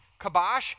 Kabosh